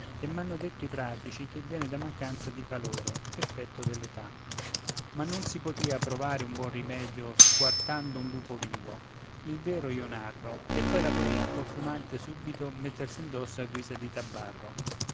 e m'hanno detto i pratici che viene da mancanza di calore effetto dell'età ma si potrìa provare un buon rimedio squartando un lupo vivo il vero io narro e poi la pelle ancor fumante subito mettersi indosso a guisa di tabarro